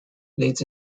leads